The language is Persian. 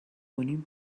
کنیم